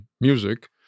music